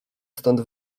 stąd